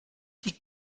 die